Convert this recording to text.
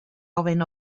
ofyn